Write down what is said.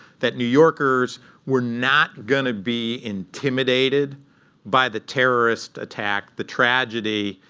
that new yorkers were not going to be intimidated by the terrorist attack, the tragedy.